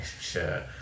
sure